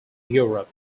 europe